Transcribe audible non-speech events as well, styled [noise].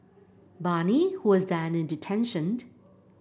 Bani who was then in detention [unintelligible]